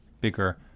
bigger